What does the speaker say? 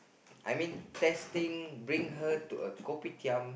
I mean testing bring her to a Koptiam